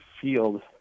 field